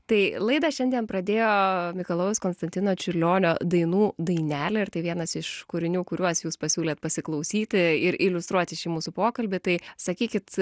tai laidą šiandien pradėjo mikalojaus konstantino čiurlionio dainų dainelė ir tai vienas iš kūrinių kuriuos jūs pasiūlėt pasiklausyti ir iliustruoti šį mūsų pokalbį tai sakykit